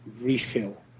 refill